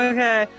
Okay